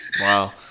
Wow